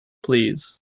please